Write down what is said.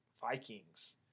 Vikings